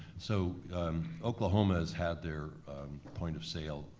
so oklahoma's had their point of sale